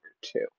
two